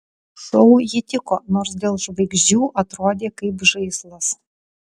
šou ji tiko nors dėl žvaigždžių atrodė kaip žaislas